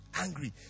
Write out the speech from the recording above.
angry